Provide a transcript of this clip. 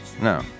No